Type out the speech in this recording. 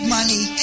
money